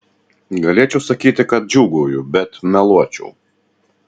galėčiau sakyti kad džiūgauju bet meluočiau